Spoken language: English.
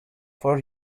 for